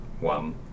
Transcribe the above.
one